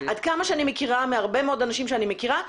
עד כמה שאני מכירה מהרבה מאוד אנשים שאני מכירה,